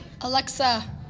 Alexa